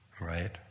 right